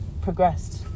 progressed